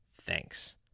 Thanks